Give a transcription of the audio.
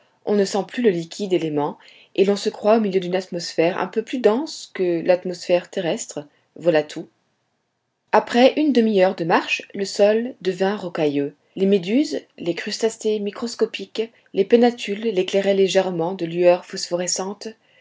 on ne sent plus le liquide élément et l'on se croit au milieu d'une atmosphère un peu plus dense que l'atmosphère terrestre voilà tout après une demi-heure de marche le sol devint rocailleux les méduses les crustacés microscopiques les pennatules l'éclairaient légèrement de lueurs phosphorescentes